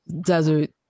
desert